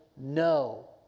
no